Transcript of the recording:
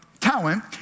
talent